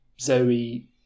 zoe